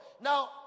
Now